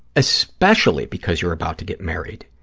especially because you're about to get married.